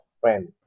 friend